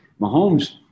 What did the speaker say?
Mahomes